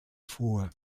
vor